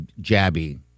jabby